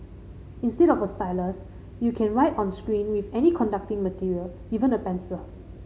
instead of a stylus you can write on screen with any conducting material even a pencil